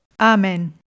Amen